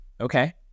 Okay